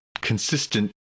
consistent